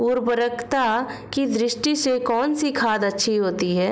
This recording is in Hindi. उर्वरकता की दृष्टि से कौनसी खाद अच्छी होती है?